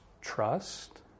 trust